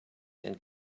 and